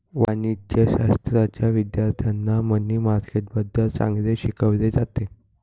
वाणिज्यशाश्राच्या विद्यार्थ्यांना मनी मार्केटबद्दल चांगले शिकवले जाते